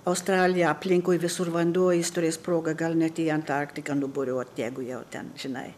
australija aplinkui visur vanduo jis turės progą gal net į antarktiką nuburiuot jeigu jau ten žinai